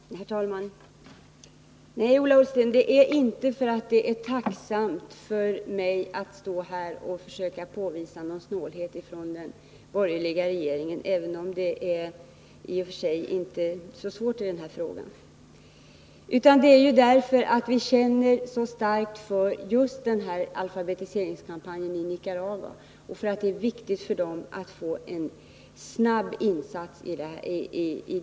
Herr talman! Nej, Ola Ullsten, jag argumenterar inte på detta sätt därför att det är tacksamt för mig att försöka påvisa snålhet från den borgerliga regeringens sida, även om det inte är så svårt i denna fråga, utan jag gör det därför att vi känner så starkt för alfabetiseringskampanjen i Nicaragua och därför att det är viktigt för folket där med en snabb insats.